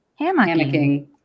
hammocking